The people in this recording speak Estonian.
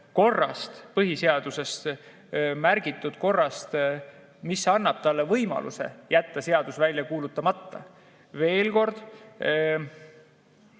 korrast, põhiseaduses märgitud korrast, mis annab talle võimaluse jätta seadus välja kuulutamata. Veel kord: